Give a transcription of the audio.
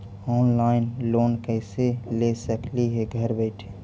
Online loan कैसे ले सकली हे घर बैठे?